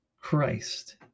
Christ